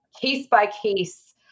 case-by-case